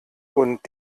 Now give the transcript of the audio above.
und